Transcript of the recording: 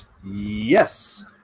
Yes